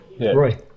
Roy